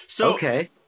Okay